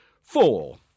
Four